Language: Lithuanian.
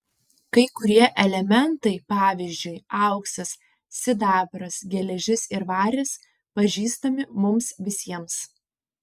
kai kurie elementai pavyzdžiui auksas sidabras geležis ir varis pažįstami mums visiems